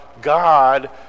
God